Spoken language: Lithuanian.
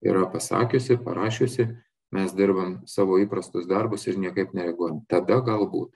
yra pasakiusi parašiusi mes dirbam savo įprastus darbus ir niekaip nereaguojam tada galbūt